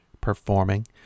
performing